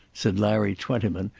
said larry twentyman,